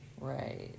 right